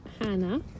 hannah